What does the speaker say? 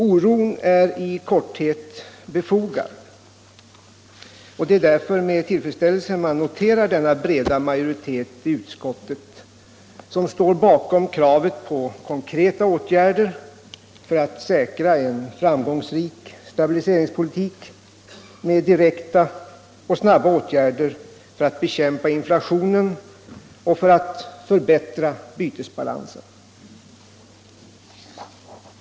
Oron är i stort sett befogad, och det är därför med tillfredsställelse man noterar den breda utskottsmajoriteten bakom kravet på konkreta åtgärder för att säkra en framgångsrik stabiliseringspolitik med direkta och snabba åtgärder för att bekämpa inflationen och för att förbättra bytesbalansen.